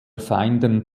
feinden